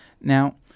Now